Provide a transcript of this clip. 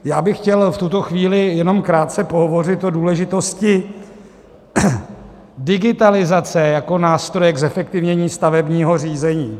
Já bych chtěl v tuto chvíli jenom krátce pohovořit o důležitosti digitalizace jako nástroje k zefektivnění stavebního řízení.